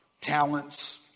talents